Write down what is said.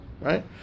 right